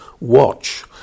watch